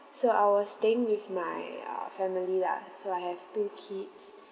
so I was staying with my uh family lah so I have two kids